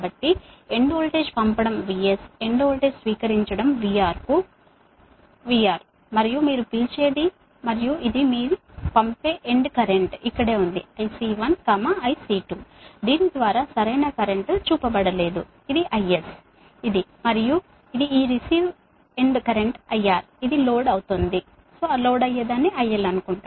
కాబట్టి end voltage పంపడం VS end voltage స్వీకరించడం VR కుడి మరియు మీరు పిలిచేది మరియు ఇది మీ పంపే ఎండ్ కరెంట్ ఇక్కడే ఉంది IC1 IC2 దీని ద్వారా సరైన కరెంట్ చూపబడలేదు ఇది IS ఇది మరియు ఇది ఈ రిసీవ్ ఎండ్ కరెంట్ IR ఇది లోడ్ అవుతోంది ఇది IL